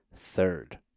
third